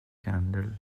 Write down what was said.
candle